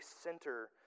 center